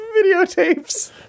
Videotapes